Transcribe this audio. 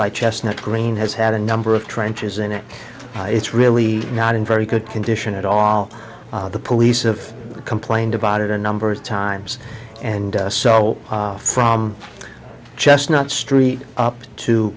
by chestnut green has had a number of trenches in it it's really not in very good condition at all the police of complained about it a number of times and so from chestnut street up to